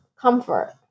comfort